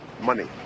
Money